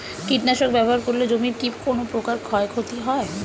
কীটনাশক ব্যাবহার করলে জমির কী কোন প্রকার ক্ষয় ক্ষতি হয়?